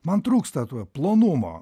man trūksta to plonumo